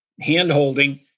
hand-holding